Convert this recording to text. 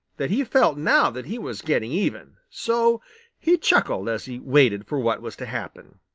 that he felt now that he was getting even. so he chuckled as he waited for what was to happen.